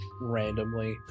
randomly